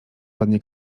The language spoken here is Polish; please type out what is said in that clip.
pannie